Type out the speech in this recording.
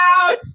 out